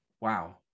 Wow